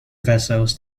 vessels